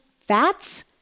fats